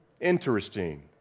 Interesting